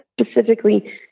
specifically